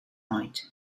oed